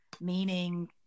meaning